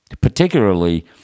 particularly